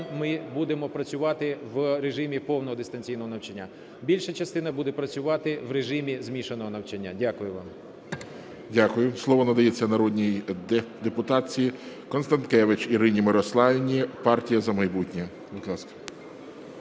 ми будемо працювати в режимі повного дистанційного навчання. Більша частина буде працювати в режимі змішаного навчання. Дякую вам. ГОЛОВУЮЧИЙ. Дякую. Слово надається народній депутатці Констанкевич Ірині Мирославівні, "Партія "За майбутнє". Будь